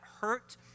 hurt